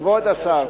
כבוד השר,